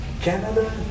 Canada